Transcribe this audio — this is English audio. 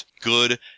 Good